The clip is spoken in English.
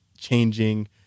changing